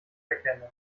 erkennen